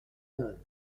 neuve